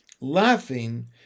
Laughing